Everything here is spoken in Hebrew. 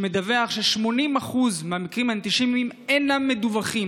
שמדווח ש-80% מהמקרים האנטישמיים אינם מדווחים.